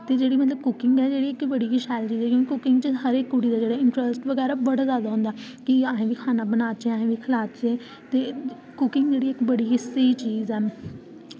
ते जेह्ड़ी मतलब कि कुकिंग ऐ एह् बड़ी गै शैल ऐ ते कुकिंग च हर इक्क कुड़ी दा इंटरस्ट बगैरा जादा होंदा कि अस बी खाना बनाचै अस बी खलाचै कुकिंग जेह्ड़ी ऐ इक्क बड़ी गै स्हेई चीज़ ऐ